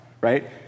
right